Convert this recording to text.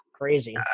crazy